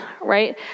right